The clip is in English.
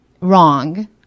wrong